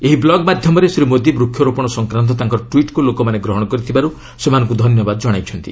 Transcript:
ଏହି ବ୍ଲଗ୍ ମାଧ୍ୟମରେ ଶ୍ରୀ ମୋଦି ବୃକ୍ଷରୋପଣ ସଂକ୍ରାନ୍ତ ତାଙ୍କର ଟ୍ୱିଟ୍କୁ ଲୋକମାନେ ଗ୍ରହଣ କରିଥିବାରୁ ସେମାନଙ୍କୁ ଧନ୍ୟବାଦ ଜଣାଇଛନ୍ତି